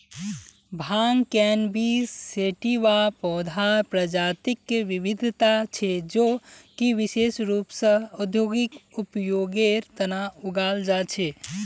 भांग cannabis sativa पौधार प्रजातिक विविधता छे जो कि विशेष रूप स औद्योगिक उपयोगेर तना उगाल जा छे